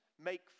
make